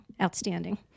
outstanding